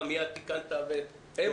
אתה מיד תיקנת ואמרת שזה מסע.